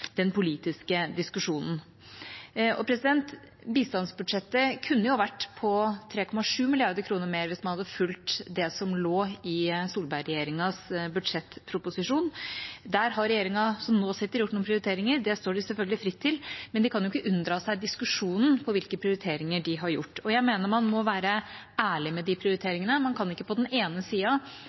den politiske diskusjonen. Bistandsbudsjettet kunne vært på 3,7 mrd. kr mer hvis man hadde fulgt det som lå i Solberg-regjeringas budsjettproposisjon. Der har regjeringa som nå sitter, gjort noen prioriteringer. Det står de selvfølgelig fritt til, men de kan jo ikke unndra seg diskusjonen om hvilke prioriteringer de har gjort. Jeg mener man må være ærlig om de prioriteringene. Man kan ikke